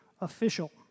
official